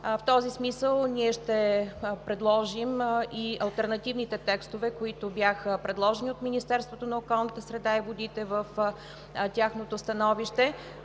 В този смисъл ние ще предложим и алтернативните текстове, които бяха предложени от Министерството на околната среда и водите в тяхното становище.